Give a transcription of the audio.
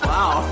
Wow